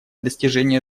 достижение